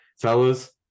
Fellas